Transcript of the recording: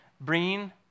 bringing